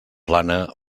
plana